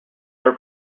air